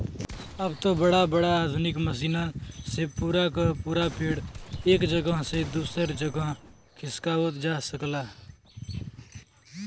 अब त बड़ा बड़ा आधुनिक मसीनन से पूरा क पूरा पेड़ एक जगह से दूसर जगह खिसकावत जा सकला